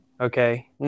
Okay